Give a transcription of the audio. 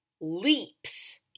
leaps